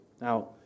Now